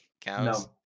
cows